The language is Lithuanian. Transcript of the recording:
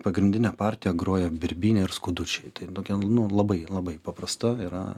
pagrindinė partija groja birbyne ir skudučiai tai tokia nu labai labai paprasta yra